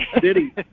city